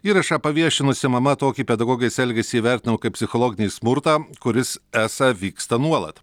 įrašą paviešinusi mama tokį pedagogės elgesį įvertino kaip psichologinį smurtą kuris esą vyksta nuolat